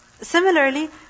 Similarly